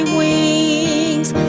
wings